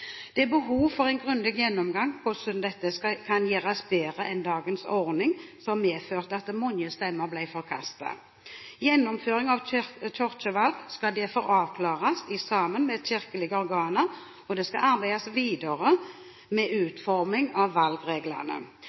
Det er behov for en grundig gjennomgang av hvordan dette kan gjøres bedre enn etter dagens ordning, som medførte at mange stemmer ble forkastet. Gjennomføring av kirkevalg skal derfor avklares sammen med kirkelige organer, og det skal arbeides videre med utformingen av valgreglene.